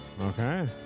Okay